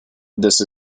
this